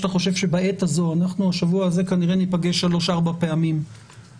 אנחנו בעת הזאת ניפגש כנראה שלוש או ארבע פעמים השבוע